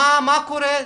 מה קורה?